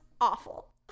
awful